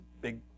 big